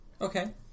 Okay